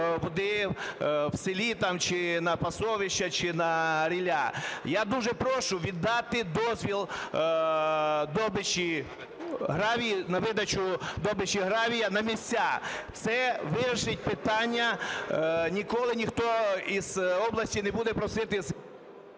води в селі чи на пасовища, чи на ріллю. Я дуже прошу дати дозвіл на добич гравію на місця, це вирішить питання, ніколи ніхто із області не буде просити…